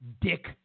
dick